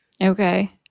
Okay